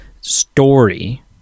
story